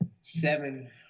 seven